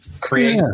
create